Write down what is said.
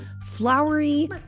flowery